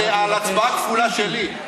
על הצבעה כפולה שלי.